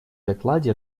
докладе